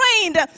trained